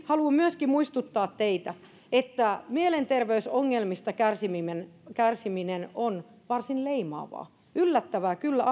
haluan myöskin muistuttaa teitä että mielenterveysongelmista kärsiminen kärsiminen on varsin leimaavaa yllättävää kyllä